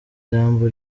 jambo